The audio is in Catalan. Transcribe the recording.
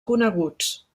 coneguts